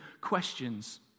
questions